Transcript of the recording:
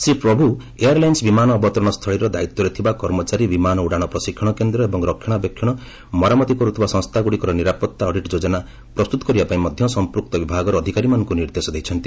Shri Prabhu airlines ବିମାନ ଅବତରଣ ସ୍ଥଳୀର ଦାୟିତ୍ୱରେ ଥିବା କର୍ମଚାରୀ ବିମାନ ଉଡ଼ାଣ ପ୍ରଶିକ୍ଷଣ କେନ୍ଦ୍ର ଏବଂ ରକ୍ଷଣାବେକ୍ଷଣ ମରାମତି କରୁଥିବା ସଂସ୍ଥାଗୁଡ଼ିକର ନିରାପତ୍ତା ଅଡିଟ୍ ଯୋଜନା ପ୍ରସ୍ତୁତ କରିବା ପାଇଁ ମଧ୍ୟ ସଂପୂକ୍ତ ବିଭାଗର ଅଧିକାରୀମାନଙ୍କୁ ନିର୍ଦ୍ଦେଶ ଦେଇଛନ୍ତି